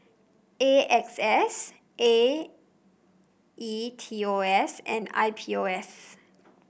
A X S A E T O S and I P O S